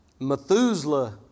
Methuselah